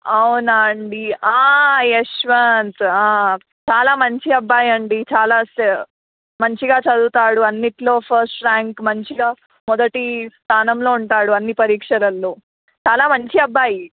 అవునా అండి యశ్వంత్ చాలా మంచి అబ్బాయి అండి చాలా మంచిగా చదువుతాడు అన్నింటిలో ఫస్ట్ ర్యాంక్ మంచిగా మొదటి స్థానంలో ఉంటాడు అన్నీ పరీక్షలలో చాలా మంచి అబ్బాయి